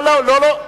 לא, לא.